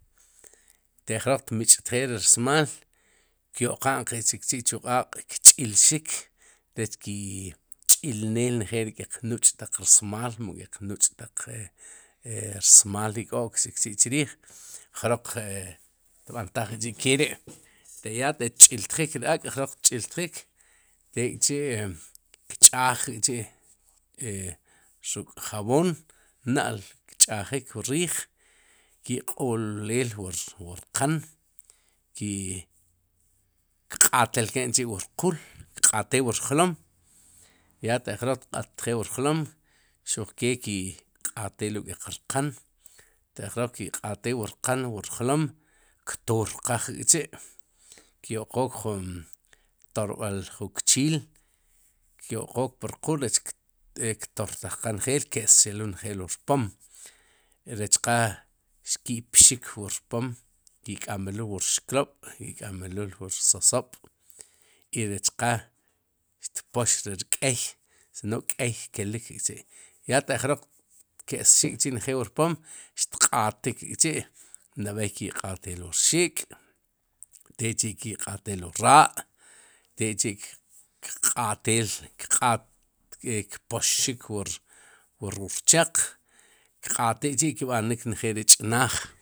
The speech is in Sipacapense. Te'q jroq tmich'tjeel ri rmaal kyo'qa'n qe chikchi'chu q'aaq' kch'ilxik rech ki'ch'ilneel njeej ri ke'q nuch'taq rsmaal mu kéq nuch'taq e e rmaal ik'o'k chikchi'chriij, jroq e tb'antaj kchi'keri' te ya ataq jroq tch'iltjik ri ak' jroq tch'iltjik tek'chi' kch'aaj k'chi' e ruk'jaboom na'l kch'ajik wu riij ki'q'oleel wu wur rqan ki kq'atelken k'chi' wu rqul kq'ateel wu rjlom, ya taq jroq tq'ateel wur jlom xuqkee ki'q'ateel wu keq rqan taq jroq ki'q'ateel wu rqan wu rjlom ktorqaj k'chi'kyo'qok jun torb'al jun kchiil kyo'qook pur qul rech e ktortajqaj njeel ke'sxeluul njeel wu rpom, rech qa ki'pxik wu rpom, ki'k'amelul wu rxklob'ki'k'amelul wu rsosob' i rech qa xpox ri rk'ey si no kéy kelik k'chi' ya taq jroq ke'sxi njeel wu rpom xtq'atik k'chi'nab'ey ki'qa'teel wu rxik'teck'chi'' ki'q'areel wu raa'teck'chi'qatel kq'at kpoxxik wu rurchaq kq'atik k'chi'kb'anik njeel ri ch'naaj.